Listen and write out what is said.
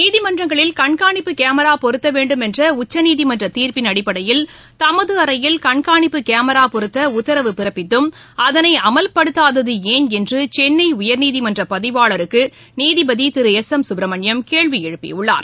நீதிமன்றங்களில் கண்காணிப்பு கேமிரா பொருத்த வேண்டும் என்ற உச்சநீதிமன்ற தீர்ப்பின் அடிப்படையில் தமது அறையில் கன்காணிப்பு கேமிரா பொருத்த உத்தரவு பிறப்பித்தும் அதனை அமல்படுத்தாதது ஏன் என்று சென்னை உயர்நீதிமன்ற பதிவாளருக்கு நீதிபதி திரு எஸ் எம் சுப்ரமணியம் கேள்வி எழுப்பியுள்ளார்